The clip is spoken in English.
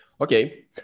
okay